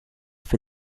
for